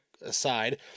aside